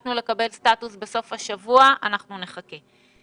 ביקשנו לקבל סטטוס בסוף השבוע, אנחנו נחכה.